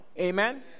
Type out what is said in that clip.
Amen